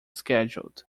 scheduled